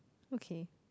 okay